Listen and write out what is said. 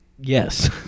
Yes